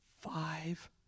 five